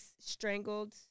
strangled